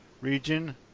region